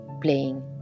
playing